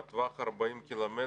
בטווח 40 קילומטר,